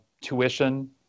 tuition